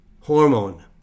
hormone